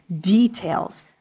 details